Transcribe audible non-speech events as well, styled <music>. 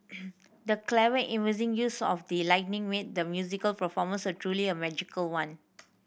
<noise> the clever and amazing use of the lighting made the musical performance a truly a magical one